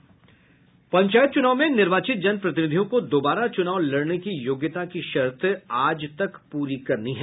पंचायत चूनाव में निर्वाचित जन प्रतिनिधियों को दोबारा चूनाव लड़ने की योग्यता की शर्त आज तक पूरी करनी है